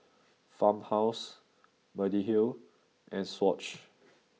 Farmhouse Mediheal and Swatch